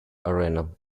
arena